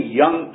young